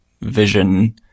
vision